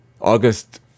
August